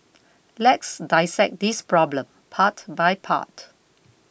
let's dissect this problem part by part